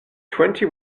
twenty